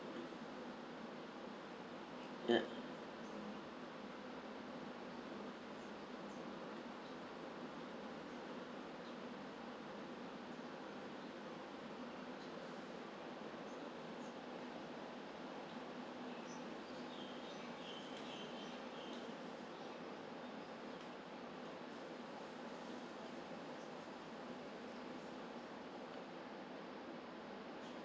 ya